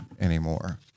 anymore